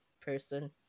person